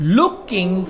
looking